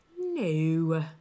No